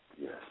Yes